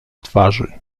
twarzy